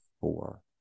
Four